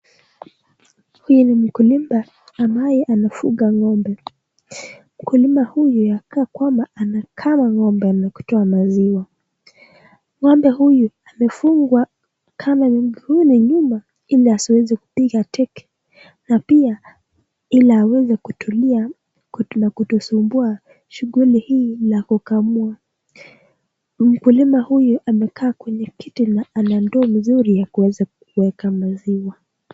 Huyu ni mkulima ambaye anafuga ng'ombe , mkulima huyu ni hakika kwamba anakma ng'ombe na kutoa maziwa , ng'ombe huyu amefungwa kando ya hili nyumba ili asiweze kupiga teke na pia ili aweze kutulia badala ya kusumbua shughuli hii ya kukamua, mkulima huyu amekaa kwenye kiti na ana ndoo nzuri ya kuweza kuweka maziwa.